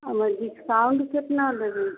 एहिमे डिस्काउंट कितना देबै